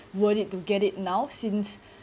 worth it to get it now since